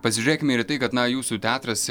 pasižiūrėkime ir tai kad na jūsų teatras